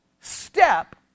step